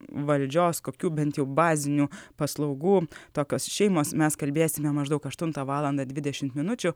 valdžios kokių bent jau bazinių paslaugų tokios šeimos mes kalbėsime maždaug aštuntą valandą dvidešimt minučių